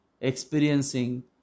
experiencing